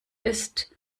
ist